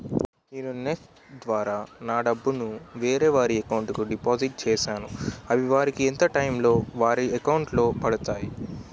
నేను నెఫ్ట్ ద్వారా నా డబ్బు ను వేరే వారి అకౌంట్ కు డిపాజిట్ చేశాను అవి వారికి ఎంత టైం లొ వారి అకౌంట్ లొ పడతాయి?